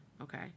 Okay